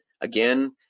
again